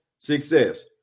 success